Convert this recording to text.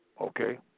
Okay